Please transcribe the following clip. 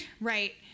right